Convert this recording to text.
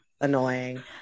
annoying